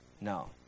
No